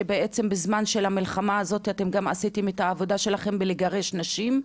שבעצם בזמן של המלחמה הזאת אתם גם עשיתם את העבודה שלכם בלגרש נשים,